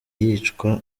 yicwa